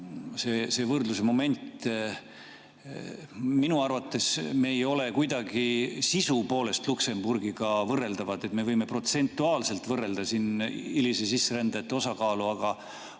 see võrdlusmoment. Minu arvates me ei ole kuidagi sisu poolest Luksemburgiga võrreldavad. Me võime protsentuaalselt võrrelda hiliste sisserändajate osakaalu, aga